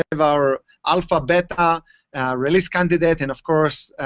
have our alpha beta release candidate, and, of course,